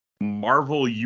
Marvel